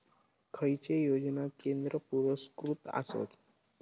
खैचे योजना केंद्र पुरस्कृत आसत?